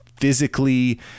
physically